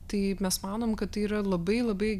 tai mes manom kad tai yra labai labai